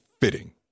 fitting